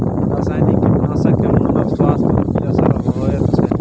रसायनिक कीटनासक के मानव स्वास्थ्य पर की असर होयत छै?